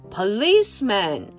Policeman 。